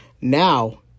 now